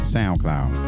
Soundcloud